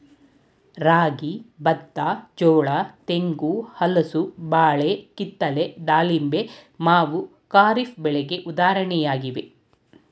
ರಾಗಿ, ಬತ್ತ, ಜೋಳ, ತೆಂಗು, ಹಲಸು, ಬಾಳೆ, ಕಿತ್ತಳೆ, ದಾಳಿಂಬೆ, ಮಾವು ಖಾರಿಫ್ ಬೆಳೆಗೆ ಉದಾಹರಣೆಯಾಗಿವೆ